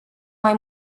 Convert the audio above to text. mai